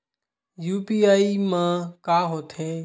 UPI मा का होथे?